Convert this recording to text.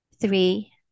three